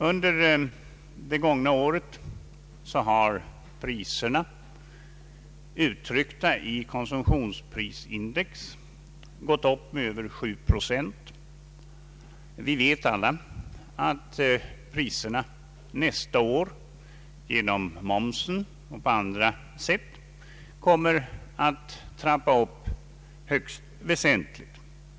Under det gångna året har priserna, uttryckta i konsumtionsprisindex, gått upp med över 7 procent. Vi vet alla att priserna nästa år genom momsen och på andra sätt kommer att trappas upp högst väsentligt.